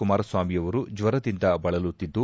ಕುಮಾರಸ್ವಾಮಿಯವರು ಜ್ವರದಿಂದ ಬಳಲುತ್ತಿದ್ದು